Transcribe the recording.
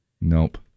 Nope